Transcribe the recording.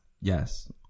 Yes